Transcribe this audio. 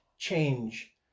change